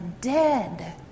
dead